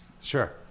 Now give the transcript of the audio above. Sure